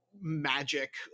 magic